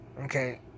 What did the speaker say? okay